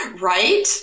Right